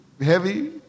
heavy